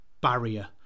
barrier